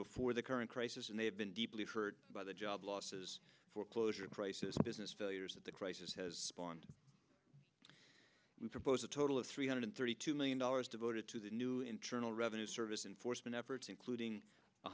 before the current crisis and they have been deeply hurt by the job losses foreclosure crisis business failures that the crisis has spawned we propose a total of three hundred thirty two million dollars devoted to the new internal revenue service enforcement efforts including